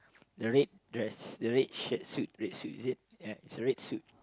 the red dress the red shirt suit red suit is it ya it's a red suit